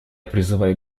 призываю